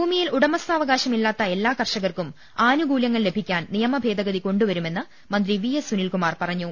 ഭൂമിയിൽ ഉടമസ്ഥാവകാശം ഇല്ലാത്ത എല്ലാ കർഷകർക്കും ആനുകൂലൃങ്ങൾ ലഭൃമാക്കാൻ നിയമഭേദഗതി കൊണ്ടുവരുമെന്ന് മന്ത്രി വി എസ് സുനിൽകുമാർ പറഞ്ഞു